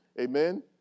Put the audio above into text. Amen